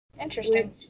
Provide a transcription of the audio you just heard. Interesting